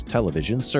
Television